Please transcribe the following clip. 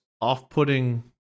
off-putting